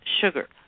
sugar